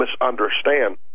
misunderstand